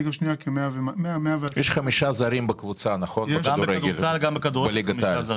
ליגה שנייה כ-100 110. יש חמישה זרים בקבוצה בכדורגל בליגת העל.